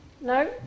No